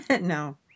no